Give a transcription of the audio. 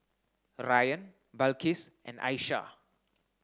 Ryan Balqis and Aishah